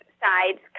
sides